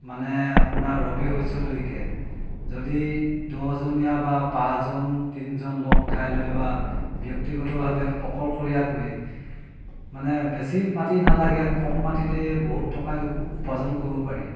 মানে আপোনাৰ ৰবি শস্যলৈকে যদি দহজনীয়া বা পাঁচজন তিনিজন লগ খাই লৈ বা ব্যক্তিগতভাৱে অকলশৰীয়াকৈ মানে বেছি মাটি নালাগে কম মাটিতেই বহুত টকা উপাৰ্জন কৰিব পাৰি